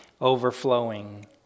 overflowing